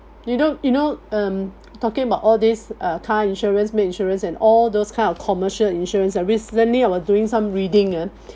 you don't you know um talking about all this uh car insurance maid insurance and all those kind of commercial insurance ah recently I was doing some reading ah